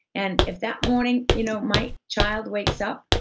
and if that morning you know my child wakes up,